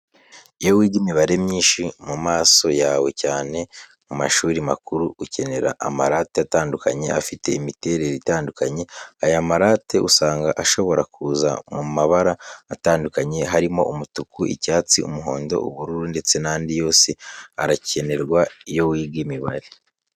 Iyo wiga imibare myinshi mu masomo yawe cyane mu mashuri makuru, ukenera amarate atandukanye afite n'imiterere itandukanye, aya marate usanga ashobora kuza mu mabara atandukanye harimo umutuku, icyatsi, umuhondo, ubururu ndetse n'andi. Yose arakenerwa iyo wiga imibare.